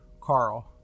carl